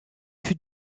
fut